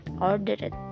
ordered